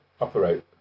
operate